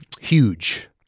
Huge